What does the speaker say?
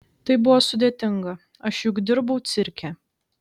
tai buvo sudėtinga aš juk dirbau cirke